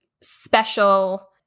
special